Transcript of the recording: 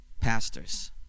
pastors